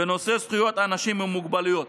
בנושא זכויות אנשים עם מוגבלויות.